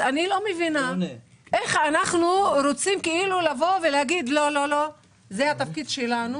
אז אני לא מבינה איך אנחנו רוצים להגיד שזה התפקיד שלנו.